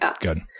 good